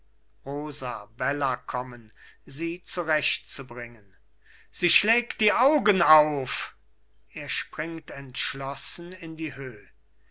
rosa bella kommen sie zurecht zu bringen sie schlägt die augen auf er springt entschlossen in die höh